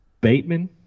Bateman